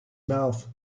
mouth